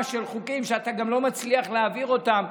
של חוקים שאתה גם לא מצליח להעביר אותם,